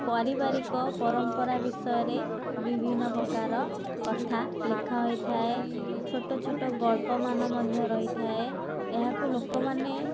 ପାରିବାରିକ ପରମ୍ପରା ବିଷୟରେ ବିଭିନ୍ନ ପ୍ରକାର କଥା ଲେଖା ହୋଇଥାଏ ଛୋଟ ଛୋଟ ଗଳ୍ପମାନ ମଧ୍ୟ ରହିଥାଏ ଏହାକୁ ଲୋକମାନେ